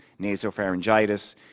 Nasopharyngitis